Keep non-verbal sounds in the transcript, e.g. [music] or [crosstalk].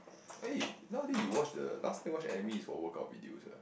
[noise] eh nowaday you watch the last time you watch the Emmy is for workout videos what